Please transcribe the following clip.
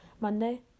Monday